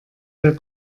der